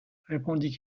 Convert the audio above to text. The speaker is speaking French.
répondit